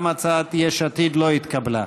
גם הצעת יש עתיד לא התקבלה.